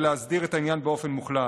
ולהסדיר את העניין באופן מוחלט.